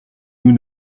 nous